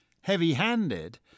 heavy-handed